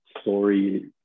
story